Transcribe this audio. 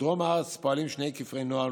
בדרום הארץ פועלים שני כפרי נוער,